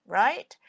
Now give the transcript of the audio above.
right